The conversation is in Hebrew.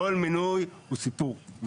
כל מינוי הוא סיפור.